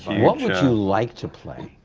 what would you like to play?